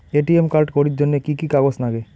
ATM card করির জন্যে কি কি কাগজ নাগে?